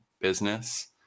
business